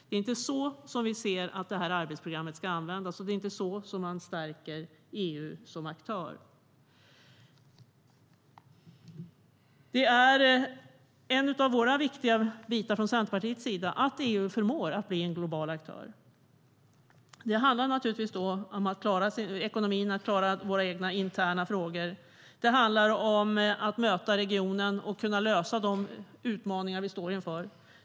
Det är inte så detta arbetsprogram ska användas, och det är inte så man stärker EU som aktör. En av de viktiga bitar som vi ser från Centerpartiets sida är att EU förmår att bli en global aktör. Det handlar då om att klara ekonomin och att klara våra egna interna frågor. Det handlar om att möta regionen och kunna möta de utmaningar vi står inför.